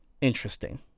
interesting